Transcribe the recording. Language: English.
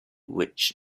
witch